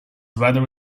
whether